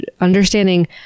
Understanding